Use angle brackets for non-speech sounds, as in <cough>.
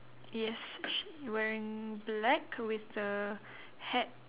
yes <noise> he wearing black with the hat